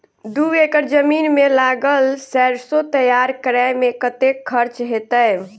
दू एकड़ जमीन मे लागल सैरसो तैयार करै मे कतेक खर्च हेतै?